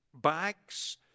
bags